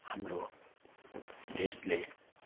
हाम्रो देशले